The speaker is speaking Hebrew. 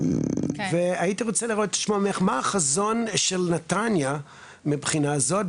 הייתי רוצה לשמוע ממך מה החזון של נתניה מבחינה זאת,